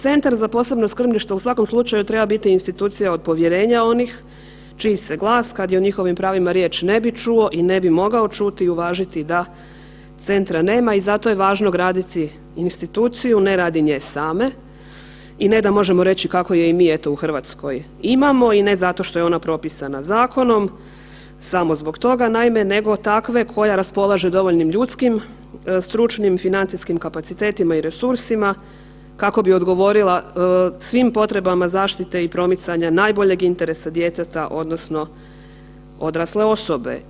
Centar za posebno skrbništvo u svakom slučaju treba biti institucija od povjerenja onih čiji se glas kad je o njihovim pravima riječ ne bi čuo i ne bi mogao čuti i uvažiti da centra nema i zato je važno graditi instituciju, ne radi nje same i ne da možemo reći kako je i mi eto u RH imamo i ne zato što je ona propisana zakonom samo zbog toga, naime nego takve koja raspolaže dovoljnim ljudskim stručnim i financijskim kapacitetima i resursima kako bi odgovorila svim potrebama zaštite i promicanja najboljeg interesa djeteta odnosno odrasle osobe.